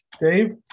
Dave